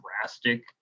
drastic